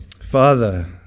Father